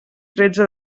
tretze